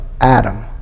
Adam